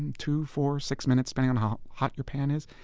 and two, four, six minutes, depending on how hot your pan is.